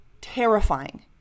terrifying